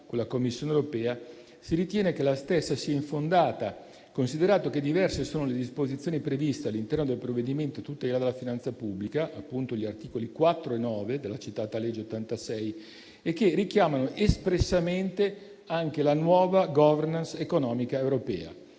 con la Commissione europea, si ritiene che la stessa sia infondata, considerato che diverse sono le disposizioni previste all'interno del provvedimento a tutela della finanza pubblica (appunto gli articoli 4 e 9 della citata legge n. 86) che richiamano espressamente la nuova *governance* economica europea.